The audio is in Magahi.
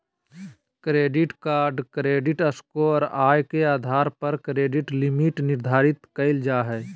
क्रेडिट कार्ड क्रेडिट स्कोर, आय के आधार पर क्रेडिट लिमिट निर्धारित कयल जा हइ